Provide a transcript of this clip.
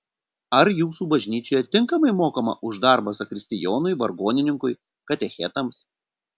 ar jūsų bažnyčioje tinkamai mokama už darbą zakristijonui vargonininkui katechetams